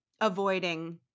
avoiding